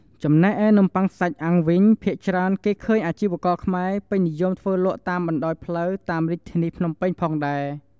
ចំណែកឯនំបុ័ងសាច់អាំងវិញ ភាគច្រើនគេឃើញអាជីករស្រុកខ្មែរនិយមធ្វើលក់តាមបណ្តោយផ្លូវតាមរាជធានីភ្នំពេញផងដែរ។